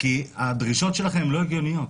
כי הדרישות שלכם לא הגיוניות.